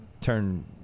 turn